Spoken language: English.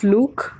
Luke